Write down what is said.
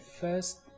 first